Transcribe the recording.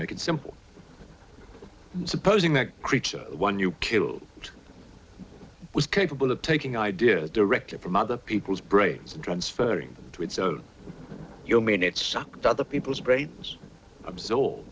make it simple supposing that creature one you kill it was capable of taking ideas directly from other people's brains and transferring to its own you mean it sucked other people's brains absorb